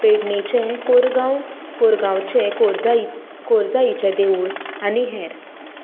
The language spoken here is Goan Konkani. पेडणेचें कोरगांव कोरगांवचें कोरजाई कोरजाईचें देवूळ आनी हेर